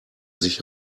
sich